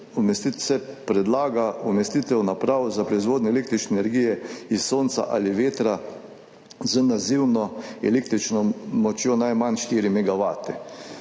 predlaga umestitev naprav za proizvodnjo električne energije iz sonca ali vetra z nazivno električno močjo najmanj štiri